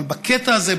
אבל בקטע הזה,